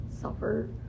suffer